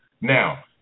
Now